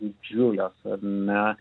didžiulios ar ne